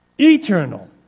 eternal